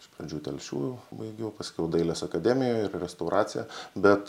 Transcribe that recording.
iš pradžių telšių baigiau paskiau dailės akademiją ir restauraciją bet